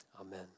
Amen